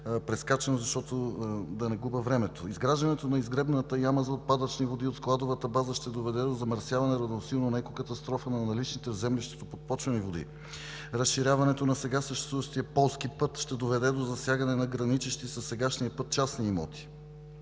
на непрестанни аварии. Изграждането на изгребната яма за отпадъчни води от складовата база ще доведе до замърсяване, равносилно на екокатастрофа на наличните в землището подпочвени води. Разширяването на сега съществуващия полски път ще доведе до засягане на граничещи със сегашния път частни имоти,